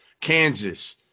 Kansas